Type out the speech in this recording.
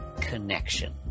connection